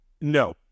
No